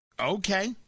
Okay